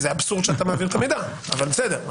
זה אבסורד שאתה מעביר את המידע, אבל בסדר.